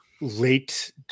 late